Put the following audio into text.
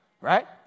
Right